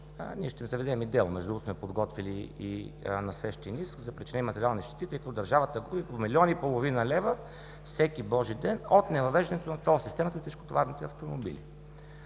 Ние ще заведем и дело, между другото, подготвили сме и насрещен иск за причинени материални щети, тъй като държавата губи по милион и половина лева всеки божи ден от невъвеждането на ТОЛ системата за тежкотоварните автомобили.